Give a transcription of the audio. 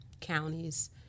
counties